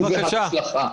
ובהצלחה.